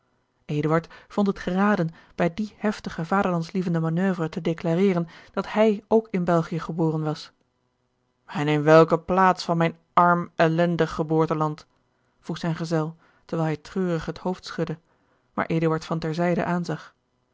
vond het geraden bij die heftige vaderlandslievende manoeuvre te declareren dat hij ook in belgië geboren was en in welke plaats van mijn arm ellendig geboorteland vroeg zijn gezel terwijl hij treurig het hoofd schudde maar eduard van ter zijde